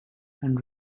and